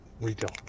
retail